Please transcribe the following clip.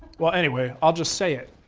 well, anyway, i'll just say it.